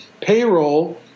payroll